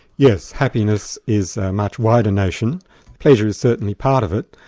yes. happiness is a much wider notion pleasure is certainly part of it,